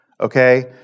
Okay